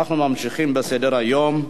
אנחנו ממשיכים בסדר-היום.